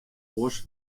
oars